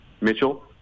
Mitchell